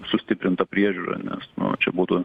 sustiprinta priežiūra nes čia būtų